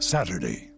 Saturday